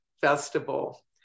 festival